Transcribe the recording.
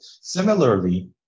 similarly